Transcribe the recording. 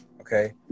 Okay